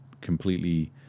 completely